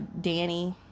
Danny